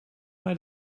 mij